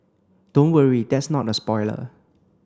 don't worry that's not a spoiler